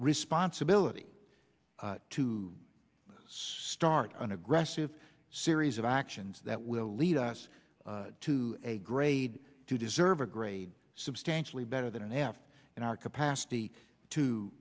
responsibility to start an aggressive series of actions that will lead us to a grade to deserve a grade substantially better than an f in our capacity to